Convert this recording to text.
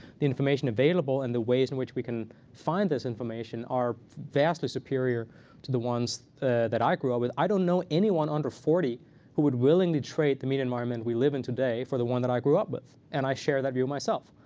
the information available and the ways in which we can find this information are vastly superior to the ones that i grew up with. i don't know anyone under forty who would willingly trade the media environment we live in today for the one that i grew up with. and i share that view myself.